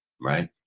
right